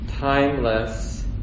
timeless